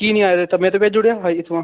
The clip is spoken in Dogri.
की निं आया रेत्ता में ते भेज्जी ओड़ेआ हा इत्थुआं